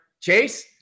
Chase